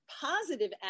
positive